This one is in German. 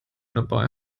dabei